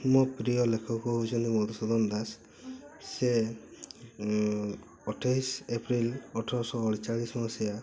ମୋ ପ୍ରିୟ ଲେଖକ ହେଉଛନ୍ତି ମଧୁସୂଦନ ଦାସ ସେ ଅଠେଇଶହ ଏପ୍ରିଲ ଅଠରଶହ ଅଠଚାଳିଶ ମସିହା